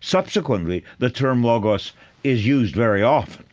subsequently, the term logos is used very often